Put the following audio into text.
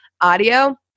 audio